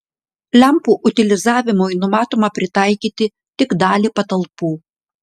lempų utilizavimui numatoma pritaikyti tik dalį patalpų